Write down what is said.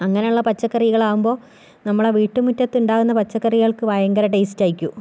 അങ്ങനെ ഉള്ള പച്ചക്കറികളാകുമ്പോൾ നമ്മളുടെ വീട്ട് മുറ്റത്ത് ഉണ്ടാകുന്ന പച്ചക്കറികൾക്ക് ഭയങ്കര ടേസ്റ്റ് ആയിരിക്കും